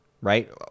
right